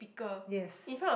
yes